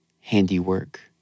handiwork